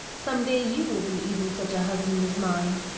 some day you will be even such a husband as mine.